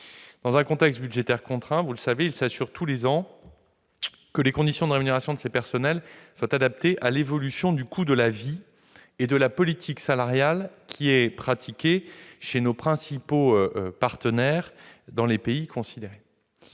Dans un contexte budgétaire contraint, il s'assure tous les ans que les conditions de rémunération de ces personnels sont adaptées à l'évolution du coût de la vie et à la politique salariale pratiquée chez nos principaux partenaires dans les pays considérés.